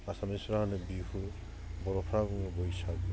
आसामिसफोरा होनो बिहु बर'फ्रा बुङो बैसागु